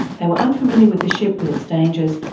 they were unfamiliar with the ship, with its dangers,